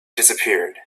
disappeared